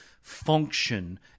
function